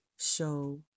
show